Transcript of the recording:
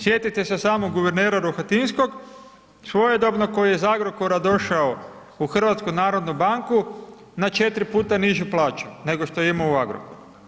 Sjetite se samo guvernera Rohatinskog svojedobno koji je iz Agrokora došao u HNB na 4 puta nižu plaću nego što je imao u Agrokoru.